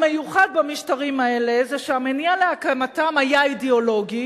המיוחד במשטרים האלה זה שהמניע להקמתם היה אידיאולוגי,